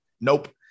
nope